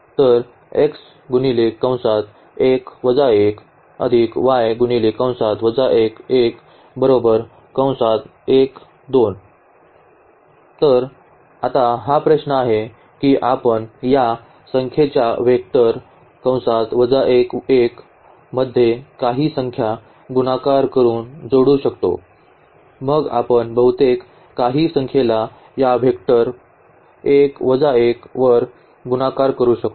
तर आता हा प्रश्न आहे की आपण या संख्येच्या वेक्टर मध्ये काही संख्या गुणाकार करून जोडू शकतो मग आपण बहुतेक काही संख्येला या वेक्टर वर गुणाकार करू शकतो